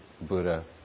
Buddha